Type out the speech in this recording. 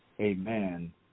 Amen